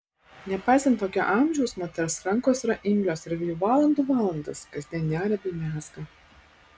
nepaisant tokio amžiaus moters rankos yra imlios ir ji valandų valandas kasdien neria bei mezga